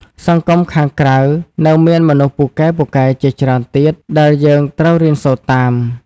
សង្គមខាងក្រៅនៅមានមនុស្សពូកែៗជាច្រើនទៀត ដែលយើងត្រូវរៀនសូត្រតាម។